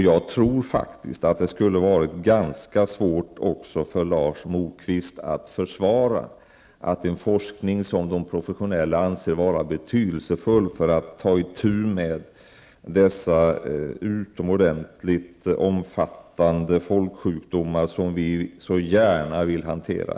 Jag tror faktiskt att det skulle ha varit ganska svårt också för Lars Moquist att försvara ett avbrytande av en forskning, som de professionella anser vara betydelsefull för att ta itu med dessa utomordentligt utbredda folksjukdomar, vilka vi så gärna vill kunna hantera.